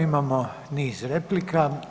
Imamo niz replika.